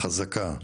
חזקה.